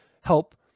help